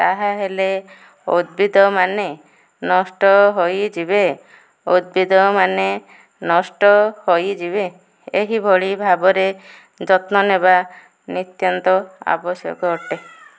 ତାହା ହେଲେ ଉଦ୍ଭିଦମାନେ ନଷ୍ଟ ହୋଇଯିବେ ଉଦ୍ଭିଦମାନେ ନଷ୍ଟ ହୋଇଯିବେ ଏହିଭଳି ଭାବରେ ଯତ୍ନ ନେବା ନିତ୍ୟାନ୍ତ ଆବଶ୍ୟକ ଅଟେ